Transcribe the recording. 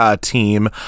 team